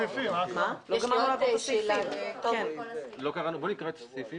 שעה 10:30) נקרא את סעיפים